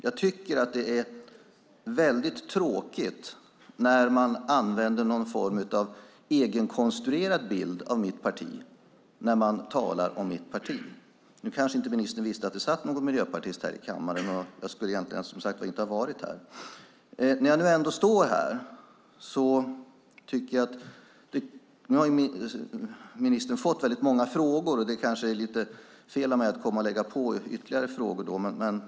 Jag tycker att det är väldigt tråkigt när man använder någon form av egenkonstruerad bild av mitt parti när man talar om mitt parti. Ministern kanske inte visste att det satt en miljöpartist här i kammaren, och jag skulle egentligen inte ha varit här, som sagt var. Nu står jag ändå här. Ministern har fått väldigt många frågor, och det kanske är fel av mig att lägga på ytterligare frågor.